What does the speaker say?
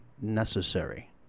necessary